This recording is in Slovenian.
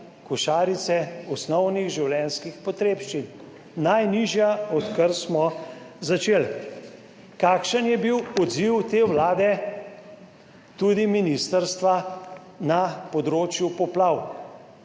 osnovnih življenjskih potrebščin, najnižja odkar smo začeli. Kakšen je bil odziv te Vlade, tudi ministrstva na področju poplav?